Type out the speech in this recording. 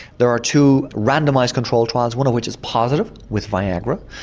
there are two randomised control trials, one of which is positive with viagra,